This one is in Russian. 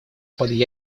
под